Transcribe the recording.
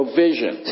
vision